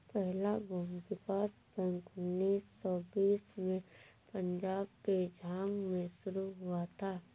पहला भूमि विकास बैंक उन्नीस सौ बीस में पंजाब के झांग में शुरू हुआ था